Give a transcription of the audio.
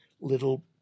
little